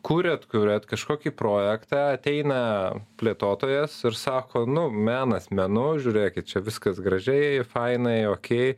kuriat kuriat kažkokį projektą ateina plėtotojas ir sako nu menas menu žiūrėkit čia viskas gražiai fainai okey